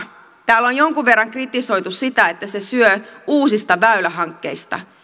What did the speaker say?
täällä on jonkun verran kritisoitu sitä että se syö uusista väylähankkeista